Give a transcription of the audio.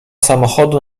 samochodu